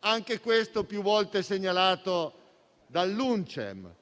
Anche questo è stato più volte segnalato dall'UNCEM.